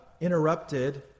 interrupted